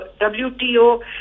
WTO